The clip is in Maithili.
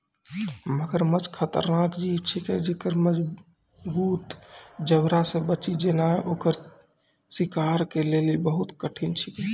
मगरमच्छ खतरनाक जीव छिकै जेक्कर मजगूत जबड़ा से बची जेनाय ओकर शिकार के लेली बहुत कठिन छिकै